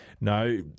no